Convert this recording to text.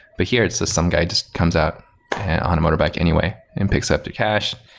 but here, it's just some guy just comes out on a motorbike anyway and picks up the cash,